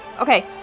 Okay